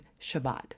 Shabbat